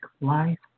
life